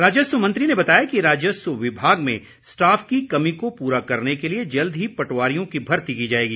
राजस्व मंत्री ने बताया कि राजस्व विभाग में स्टाफ की कमी को पूरा करने के लिए जल्द ही पटवारियों की भर्ती की जाएगी